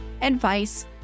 advice